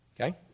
Okay